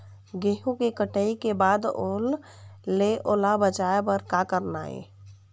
गेहूं के कटाई के बाद ओल ले ओला बचाए बर का करना ये?